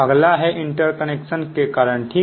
अगला है इंटरकनेक्शन के कारण ठीक है